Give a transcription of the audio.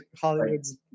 Hollywood's